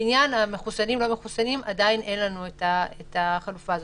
לעניין המחוסנים והלא מחוסנים עדיין אין לנו חלופה כזאת.